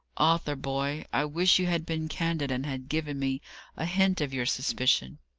arthur boy, i wish you had been candid, and had given me a hint of your suspicion.